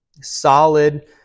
solid